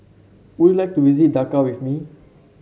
would you like to visit Dakar with me